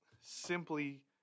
simply